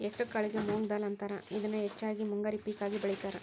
ಹೆಸರಕಾಳಿಗೆ ಮೊಂಗ್ ದಾಲ್ ಅಂತಾರ, ಇದನ್ನ ಹೆಚ್ಚಾಗಿ ಮುಂಗಾರಿ ಪೇಕ ಆಗಿ ಬೆಳೇತಾರ